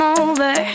over